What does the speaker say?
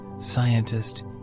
scientist